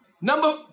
Number